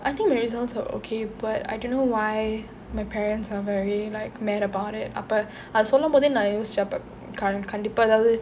I think the results are okay but I don't know why my parents are very like mad about it அப்ப அது சொல்லும் போதே நான் யோசிச்சன் கண்டிப்பா ஏதாவது:appa athu sollum bothe naan yosichaen kandippa yethaavathu